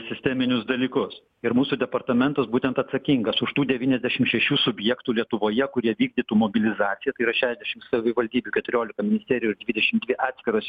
sisteminius dalykus ir mūsų departamentas būtent atsakingas už tų devyniasdešim šešių subjektų lietuvoje kurie vykdytų mobilizaciją tai yra šešiasdešim savivaldybių keturiolika ministerijų ir dvidešim dvi atskiros